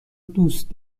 دوست